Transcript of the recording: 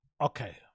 Okay